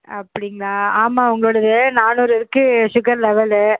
அப்படிங்களா ஆமாம் உங்களோடது நானூறு இருக்குது சுகர் லெவெலு